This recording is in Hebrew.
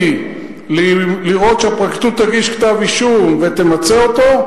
לראות שהפרקליטות תגיש כתב-אישום ותמצה אותו,